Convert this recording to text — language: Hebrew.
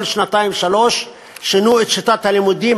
כל שנתיים-שלוש שינו את שיטת הלימודים,